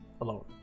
alone